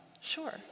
Sure